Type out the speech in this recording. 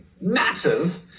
massive